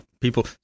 People